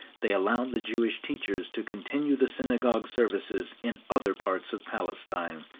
they allowed the jewish teachers to continue the synagogue services in other parts of palestine,